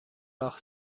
راه